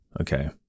Okay